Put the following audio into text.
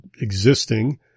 existing